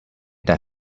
that